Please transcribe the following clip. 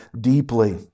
deeply